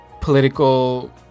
political